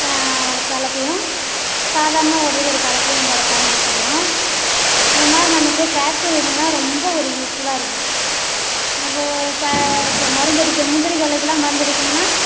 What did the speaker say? draw கலப்பையும் சாதாரணமாக ஓட்டுறதுக்கு ஒரு கலப்பையும் நம்ப அதை பயன்படுத்திக்கிறோம் இந்த மாதிரி நமக்கு டிராக்டர் இருந்துதுன்னா ரொம்ப ஒரு யூஸ்ஃபுல்லாக இருக்கும் நம்ப இப்போ இப்போ மருந்தடிக்க முந்திரி கொல்லைக்குலாம் மருந்தடிக்கணுன்னா